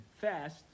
fast